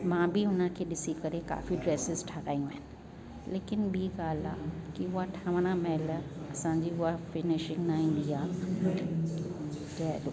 मां बि हुनखे ॾिसी करे काफ़ी ड्रेसिस ठहाराइयूं आहिनि लेकिन ॿी ॻाल्हि आहे की उहा ठहण महिल असांजी उहा फिनिशिंग न ईंदी आहे जय झूलेलाल